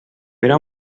per